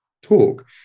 talk